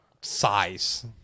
size